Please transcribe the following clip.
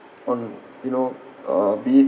on you know uh be